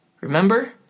Remember